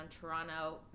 Toronto